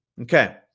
Okay